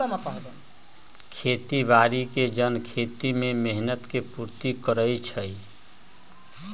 खेती बाड़ी के जन खेती में मेहनत के पूर्ति करइ छइ